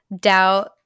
doubt